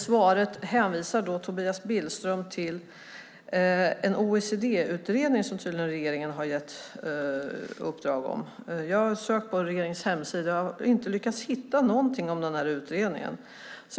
I svaret hänvisar Tobias Billström till en OECD-utredning som regeringen tydligen har gett uppdrag om. Jag har sökt på regeringens hemsida men inte lyckats hitta något om den utredningen.